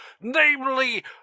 namely